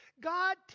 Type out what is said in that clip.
God